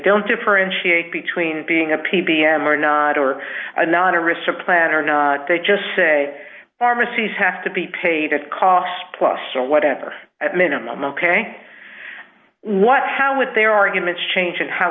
don't differentiate between being a p p m or not or anonymous a plan or not they just say pharmacies have to be paid at cost plus or whatever at minimum ok what how with their arguments change and how